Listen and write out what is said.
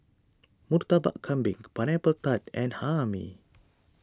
Murtabak Kambing Pineapple Tart and Hae Mee